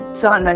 son